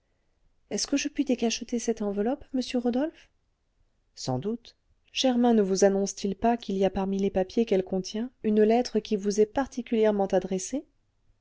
est-ce que je puis décacheter cette enveloppe monsieur rodolphe sans doute germain ne vous annonce t il pas qu'il y a parmi les papiers qu'elle contient une lettre qui vous est particulièrement adressée